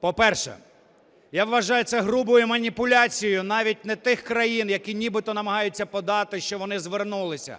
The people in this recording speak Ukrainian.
По-перше, я вважаю це грубою маніпуляцією навіть не тих країн, які нібито намагаються подати, що вони звернулися.